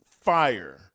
fire